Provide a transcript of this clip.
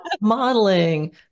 modeling